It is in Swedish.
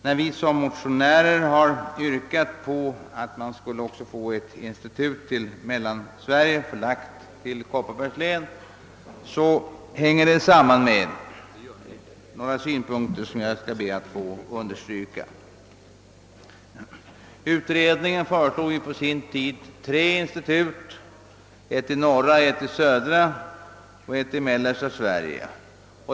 När vi motionärer yrkar på att ett institut även skall förläggas till Kopparbergs län, sammanhänger detta med några synpunkter, vilka jag ber att få framhålla. Utredningen föreslog på sin tid upprättandet av tre institut, ett i norra, ett i mellersta och ett i södra Sverige.